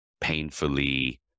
painfully